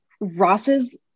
Ross's